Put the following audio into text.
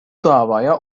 davaya